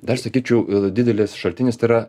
dar sakyčiau didelis šaltinis tai yra